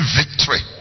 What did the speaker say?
victory